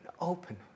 open